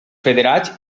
federats